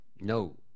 No